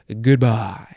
Goodbye